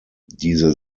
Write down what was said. diese